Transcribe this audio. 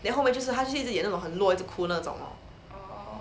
then 后面就是他就是演那种很弱一直哭那种 lor